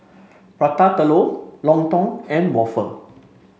Prata Telur Lontong and waffle